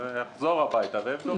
אחזור הביתה ואבדוק.